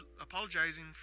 apologizing